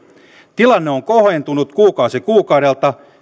tilanne on kohentunut kuukausi kuukaudelta